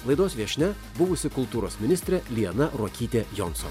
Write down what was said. laidos viešnia buvusi kultūros ministrė liana ruokytė jonson